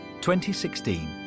2016